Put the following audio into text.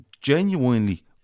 genuinely